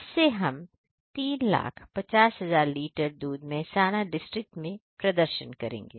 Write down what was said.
इससे हम 350000 लीटर दूध मेहसाणा डिस्ट्रिक्ट में प्रदर्शन करेंगे